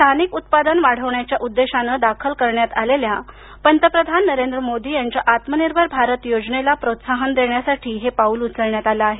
स्थानिक उत्पादन वाढवण्याच्या उद्देशाने दाखल करण्यात आलेल्या पंतप्रधान नरेंद्र मोदी यांच्या आत्मनिर्भर भारत योजनेला प्रोत्साहन देण्यासाठी हे पाऊल उचलण्यात आलं आहे